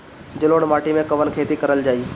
जलोढ़ माटी में कवन खेती करल जाई?